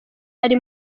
ari